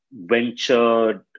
ventured